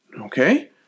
Okay